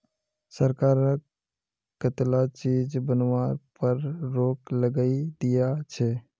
सरकार कं कताला चीज बनावार पर रोक लगइं दिया छे